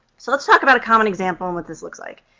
so, let's talk about a common example and what this looks like.